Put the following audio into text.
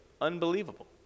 unbelievable